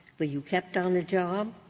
were you kept on the job?